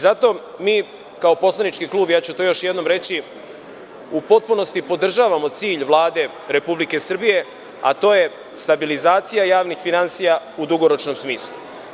Zato mi kao poslanički klub, to ću još jednom reći, u potpunosti podržavamo cilj Vlade Republike Srbije, a to je stabilizacija javnih finansija u dugoročnom smislu.